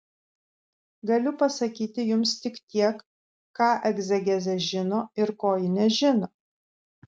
galiu pasakyti jums tik tiek ką egzegezė žino ir ko ji nežino